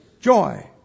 Joy